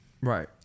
Right